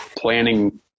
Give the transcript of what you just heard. planning